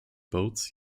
boats